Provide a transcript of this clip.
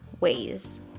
ways